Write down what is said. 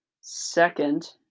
second